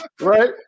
right